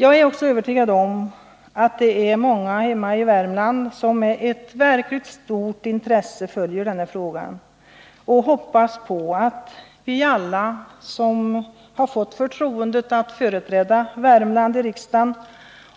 Jag är också övertygad om att det är många hemma i Värmland som med verkligt stort intresse följer frågan och hoppas på att vi alla som har fått förtroendet att företräda Värmland i riksdagen